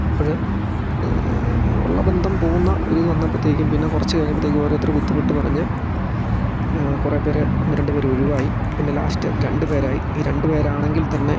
അപ്പോൾ ഉള്ള ബന്ധം പോവുന്ന ഒരിത് വന്നപ്പോഴത്തേക്കും പിന്നെ കുറച്ചു കഴിഞ്ഞപ്പോഴത്തേക്കും ഓരോരുത്തർ ബുദ്ധിമുട്ടു പറഞ്ഞ് കുറേ പേർ ഒന്ന് രണ്ടുപേർ ഒഴിവായി പിന്നെ ലാസ്റ്റ് രണ്ടുപേരായി ഈ രണ്ടു പേരാണെങ്കിൽ തന്നെ